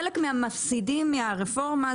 חלק מהמפסידים מהרפורמה,